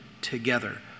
together